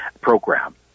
program